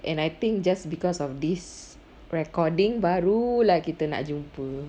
and I think just because of this recording baru lah kita nak jumpa